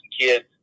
kids